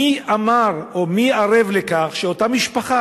מי אמר או מי ערב לכך שאותה משפחה,